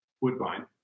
Woodbine